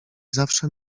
zawsze